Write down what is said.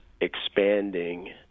expanding